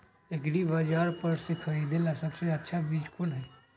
एग्रिबाजार पर से खरीदे ला सबसे अच्छा चीज कोन हई?